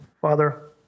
Father